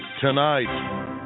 tonight